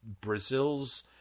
Brazil's